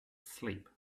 asleep